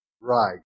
Right